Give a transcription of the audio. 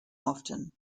often